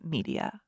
Media